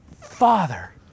father